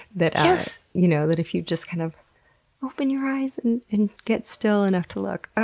that you know that if you just kind of open your eyes and and get still enough to look,